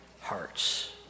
hearts